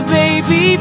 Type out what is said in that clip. baby